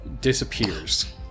disappears